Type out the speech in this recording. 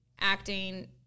acting